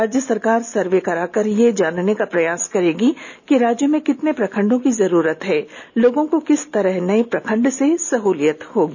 राज्य सरकार सर्वे करा कर यह जानने का प्रयास करेगी कि राज्य में कितने प्रखंडों की जरूरत है लोगों को किस तरह नये प्रखंडो से सहूलियत होगी